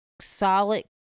solid